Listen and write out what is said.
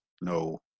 No